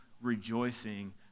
rejoicing